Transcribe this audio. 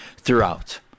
throughout